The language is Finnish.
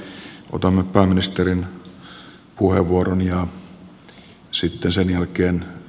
otamme pääministerin puheenvuoron ja sitten sen jälkeen